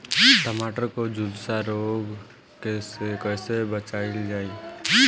टमाटर को जुलसा रोग से कैसे बचाइल जाइ?